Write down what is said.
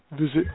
visit